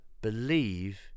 believe